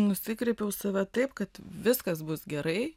nusikreipiau save taip kad viskas bus gerai